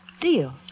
Deal